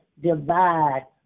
divide